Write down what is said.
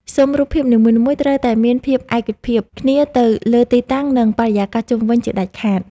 ស៊ុមរូបភាពនីមួយៗត្រូវតែមានភាពឯកភាពគ្នាទៅលើទីតាំង និង បរិយាកាសជុំវិញជាដាច់ខាត។